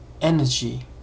energy